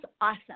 awesome